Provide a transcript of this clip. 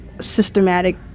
systematic